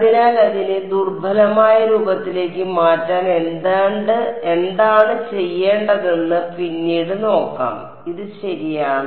അതിനാൽ അതിനെ ദുർബലമായ രൂപത്തിലേക്ക് മാറ്റാൻ എന്താണ് ചെയ്യേണ്ടതെന്ന് പിന്നീട് നോക്കാം ഇത് ശരിയാണ്